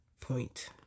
point